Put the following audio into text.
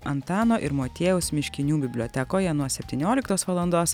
antano ir motiejaus miškinių bibliotekoje nuo septynioliktos valandos